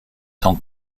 son